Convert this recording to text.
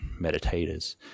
meditators